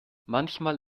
manchmal